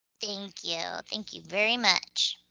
thank you. thank you very much.